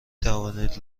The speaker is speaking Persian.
توانید